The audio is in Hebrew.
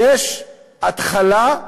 יש התחלה,